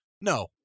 No